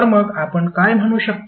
तर मग आपण काय म्हणू शकतो